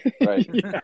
Right